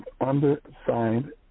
undersigned